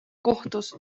kohtus